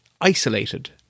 isolated